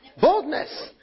Boldness